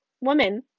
woman